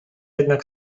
jednak